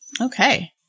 Okay